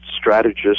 strategist